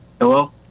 Hello